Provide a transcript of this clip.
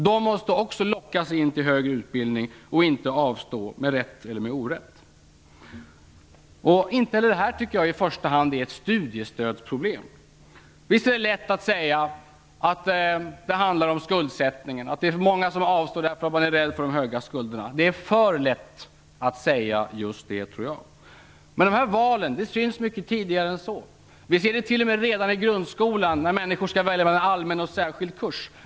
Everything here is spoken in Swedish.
De måste också lockas in till högre utbildning och inte avstå, med rätt eller orätt. Jag tycker inte att detta i första hand är ett studiestödsproblem. Visst är det lätt att säga att det handlar om skuldsättningen och att det är många som avstår därför att man är rädd för de höga skulderna. Det är för lätt att säga just det. Dessa val syns mycket tidigare så. Vi ser dem redan i grundskolan när människor skall välja mellan allmän och särskild kurs.